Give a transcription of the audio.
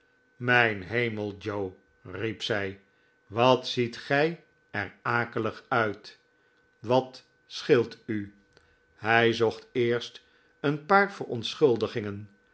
mijn hemel joe i riep zij wat ziet gij er akelig uit wat scheelt u hij zocht eerst een paar verontschuldigingen